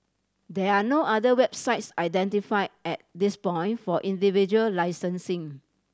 there are no other websites identified at this point for individual licensing